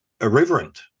irreverent